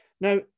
Now